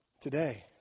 today